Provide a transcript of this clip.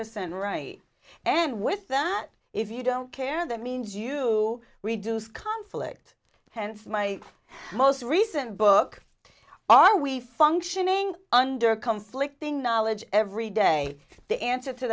percent right and with that if you don't care that means you reduce conflict and my most recent book are we functioning under conflicting knowledge every day the answer to